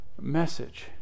message